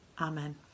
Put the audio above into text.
Amen